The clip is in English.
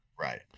Right